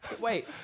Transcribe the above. Wait